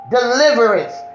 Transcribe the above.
Deliverance